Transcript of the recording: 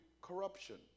corruption